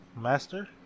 Master